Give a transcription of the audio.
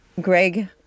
Greg